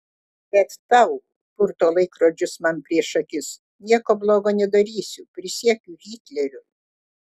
bet tau purto laikrodžius man prieš akis nieko blogo nedarysiu prisiekiu hitleriu